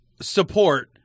support